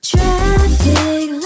Traffic